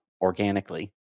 organically